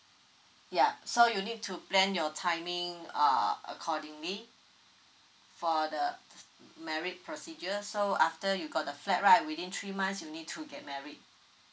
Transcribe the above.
ya so you'll need to plan your timing uh accordingly for the tf~ marriage procedure so after you got the flat right within three months you'll need to get married